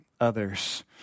others